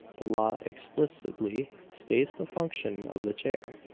the law explicitly states the function of the chair.